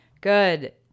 good